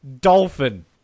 dolphin